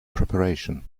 preparation